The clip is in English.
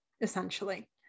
essentially